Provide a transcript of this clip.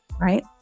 right